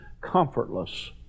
comfortless